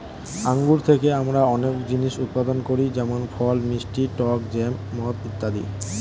আঙ্গুর থেকে আমরা অনেক জিনিস উৎপাদন করি যেমন ফল, মিষ্টি, টক জ্যাম, মদ ইত্যাদি